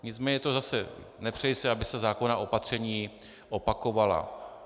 Nicméně zase, nepřeji si, aby se zákonná opatření opakovala.